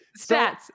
Stats